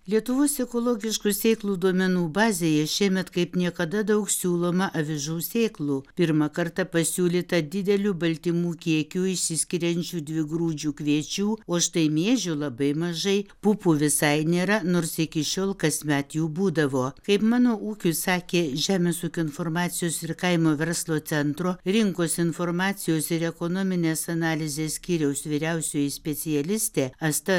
lietuvos ekologiškų sėklų duomenų bazėje šiemet kaip niekada daug siūloma avižų sėklų pirmą kartą pasiūlyta dideliu baltymų kiekiu išsiskiriančių dvigrūdžių kviečių o štai miežių labai mažai pupų visai nėra nors iki šiol kasmet jų būdavo kaip mano ūkiui sakė žemės ūkio informacijos ir kaimo verslo centro rinkos informacijos ir ekonominės analizės skyriaus vyriausioji specialistė asta